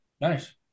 Nice